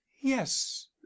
yes